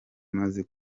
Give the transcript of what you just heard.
maze